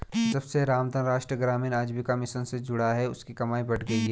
जब से रामधन राष्ट्रीय ग्रामीण आजीविका मिशन से जुड़ा है उसकी कमाई बढ़ गयी है